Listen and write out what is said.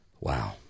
Wow